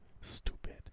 Stupid